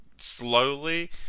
slowly